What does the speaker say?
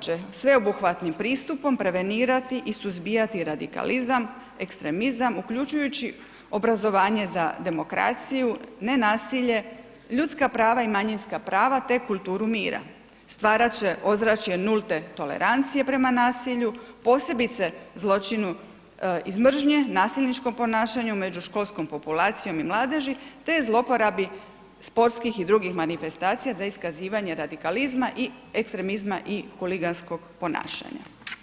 će sveobuhvatnim pristupom prevenirati i suzbijati radikalizam, ekstremizam, uključujući obrazovanje za demokraciju, ne nasilje, ljudska prava i manjinska prava te kulturu mira, stvarati će ozračje nulte tolerancije prema nasilju posebice zločinu iz mržnje, nasilničkom ponašanju među školskom populacijom i mladeži te zlouporabi sportskih i drugih manifestacija za iskazivanje radikalizma i ekstremizma i huliganskog ponašanja.